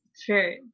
Sure